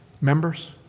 members